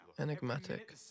Enigmatic